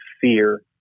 fear